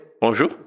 Bonjour